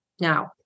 now